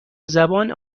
زبان